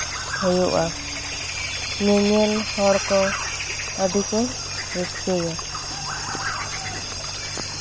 ᱦᱩᱭᱩᱜᱼᱟ ᱧᱮᱧᱮᱞ ᱦᱚᱲ ᱠᱚ ᱟᱹᱰᱤ ᱠᱚ ᱨᱟᱹᱥᱠᱟᱹᱭᱟ